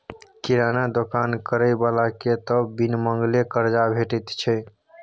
किराना दोकान करय बलाकेँ त बिन मांगले करजा भेटैत छै